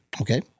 Okay